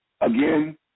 Again